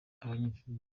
abanyeshuri